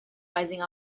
rising